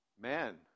man